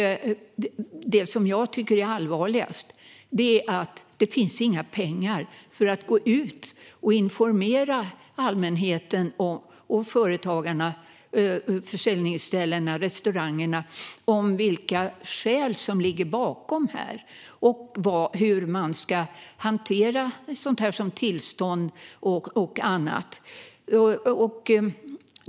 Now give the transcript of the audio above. Det som jag tycker är allvarligast är att det inte finns några pengar för att gå ut och informera allmänheten och företagarna - försäljningsställena och restaurangerna - om vilka skäl som ligger bakom detta och hur man ska hantera tillstånd och annat.